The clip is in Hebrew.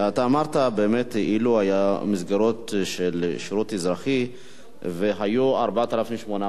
אתה אמרת שאילו היו מסגרות של שירות אזרחי היו 4,800 ערבים.